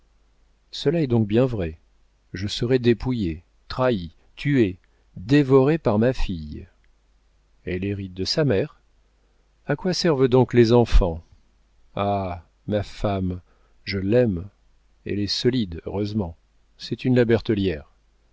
cela est donc bien vrai je serai dépouillé trahi tué dévoré par ma fille elle hérite de sa mère a quoi servent donc les enfants ah ma femme je l'aime elle est solide heureusement c'est une la bertellière